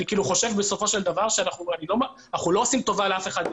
אנחנו לא עושים טובה לאף אחד,